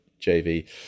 JV